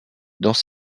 dans